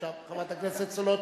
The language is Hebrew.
עכשיו חברת הכנסת סולודקין.